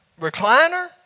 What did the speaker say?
recliner